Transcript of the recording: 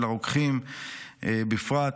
ושל הרוקחים בפרט,